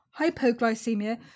hypoglycemia